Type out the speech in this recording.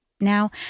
Now